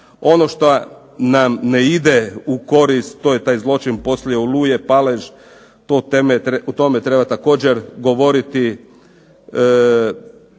Ono šta nam ne ide u korist to je taj zločin poslije "Oluje", palež, o tome treba također govoriti.